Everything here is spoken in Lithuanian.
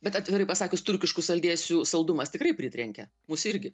bet atvirai pasakius turkiškų saldėsių saldumas tikrai pritrenkia mus irgi